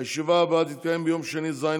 הישיבה הבאה תתקיים ביום שני, ז'